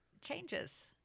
changes